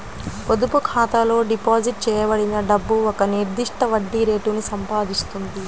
పొదుపు ఖాతాలో డిపాజిట్ చేయబడిన డబ్బు ఒక నిర్దిష్ట వడ్డీ రేటును సంపాదిస్తుంది